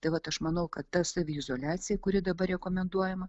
tai vat aš manau kad ta saviizoliacija kuri dabar rekomenduojama